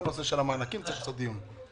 כל הנושא של המענקים צריך לעשות עליו דיון.